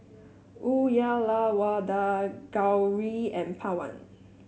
Uyyalawada Gauri and Pawan